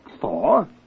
Four